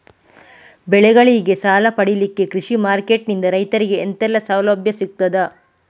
ಬೆಳೆಗಳಿಗೆ ಸಾಲ ಪಡಿಲಿಕ್ಕೆ ಕೃಷಿ ಮಾರ್ಕೆಟ್ ನಿಂದ ರೈತರಿಗೆ ಎಂತೆಲ್ಲ ಸೌಲಭ್ಯ ಸಿಗ್ತದ?